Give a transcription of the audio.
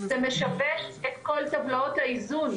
זה משבש את כל טבלאות האיזון,